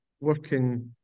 working